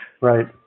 Right